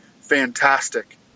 fantastic